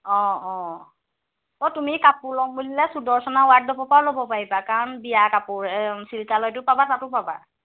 অঁ অঁ অ' তুমি কাপোৰ ল'ম বুলিলে সুদৰ্শনা ৱাৰডোবৰ পৰাও ল'ব পাৰিবা কাৰণ বিয়া কাপোৰ চিল্কালয়টাত পাবা তাতো পাবা